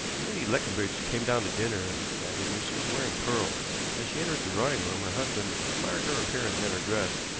when lady leconbridge came down to dinner that evening she was wearing pearls. as she entered the drawing-room her husband admired her appearance and her dress,